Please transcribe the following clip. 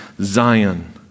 Zion